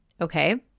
Okay